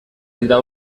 dira